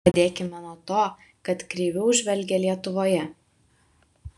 pradėkime nuo to kad kreiviau žvelgia lietuvoje